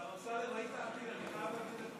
השר אמסלם, היית עדין, אני חייב להגיד לך.